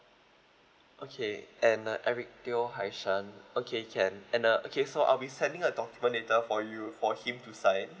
okay and uh eric teow hai san okay can uh okay so I'll be sending a document later for you for him to sign